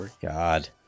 God